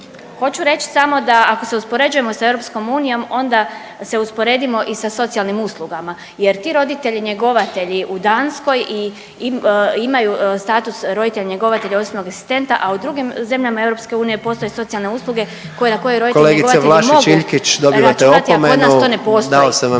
Hoću reć samo da ako se uspoređujemo sa EU onda se usporedimo i sa socijalnim uslugama jer ti roditelji njegovatelji u Danskoj imaju status roditelja njegovatelja osobnog asistenta, a u drugim zemljama EU postoje socijalne usluge na koje roditelji …/Upadica predsjednik: Kolegice Vlašić